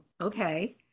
okay